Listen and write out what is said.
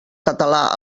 català